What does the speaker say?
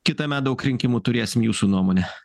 kitąmet daug rinkimų turėsim jūsų nuomonę